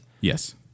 Yes